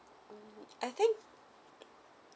um I think